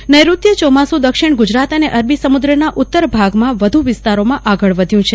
હવામાન નેઋત્ય ચોમાસુ દક્ષિણ ગુજરાત અને અરબી સમુદ્રના ઉત્તરભાગમાં વધુ વિસ્તારોમાં આગળ વધ્યું છે